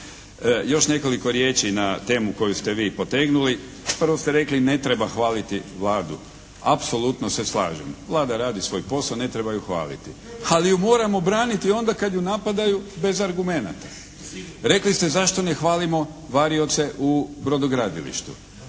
još nekoliko riječi na temu koju ste vi potegnuli. Prvo ste rekli ne treba hvaliti Vladu. Apsolutno se slažem. Vlada radi svoj posao, ne treba ju hvaliti. Ali ju moramo braniti onda kad ju napadaju bez argumenata. Rekli ste zašto ne hvalimo varioce u brodogradilišta?